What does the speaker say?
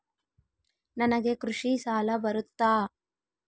ನನಗೆ ಕೃಷಿ ಸಾಲ ಬರುತ್ತಾ?